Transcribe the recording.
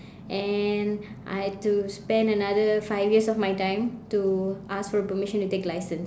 and I had to spend another five years of my time to ask for permission to take license